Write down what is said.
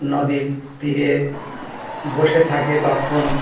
নদীর তীরে বসে থাকে তখন